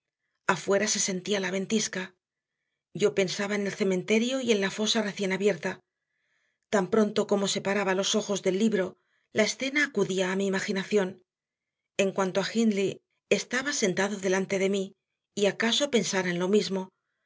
afuera se sentía la ventisca yo pensaba en el cementerio y en la fosa recién abierta tan pronto como separaba los ojos del libro la escena acudía a mi imaginación en cuanto a hindley estaba sentado delante de mí y acaso pensara en lo mismo